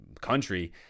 country